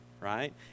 right